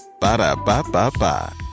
Ba-da-ba-ba-ba